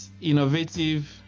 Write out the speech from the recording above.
innovative